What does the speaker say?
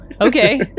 okay